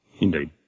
Indeed